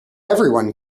everyone